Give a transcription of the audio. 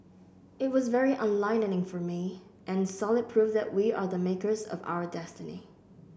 it was very enlightening for me and solid proof that we are the makers of our destiny